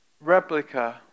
replica